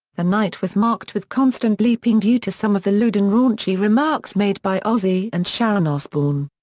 the night was marked with constant bleeping due to some of the lewd and raunchy remarks made by ozzy and sharon osbourne.